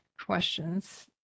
questions